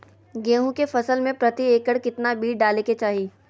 गेहूं के फसल में प्रति एकड़ कितना बीज डाले के चाहि?